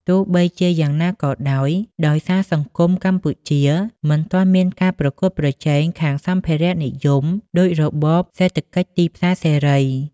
ទោះបីជាយ៉ាងណាក៏ដោយ ដោយសារសង្គមកម្ពុជាមិនទាន់មានការប្រកួតប្រជែងខាងសម្ភារៈនិយមដូចរបបសេដ្ឋកិច្ចទីផ្សារសេរី។